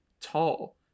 tall